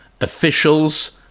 officials